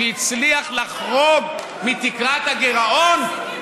שהצליח לחרוג מתקרת הגירעון,